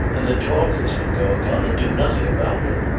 and the talk that's been going on, and do nothing about it.